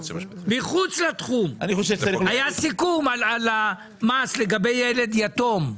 היה סיכום על המס לגבי ילד יתום,